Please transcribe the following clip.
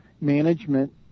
management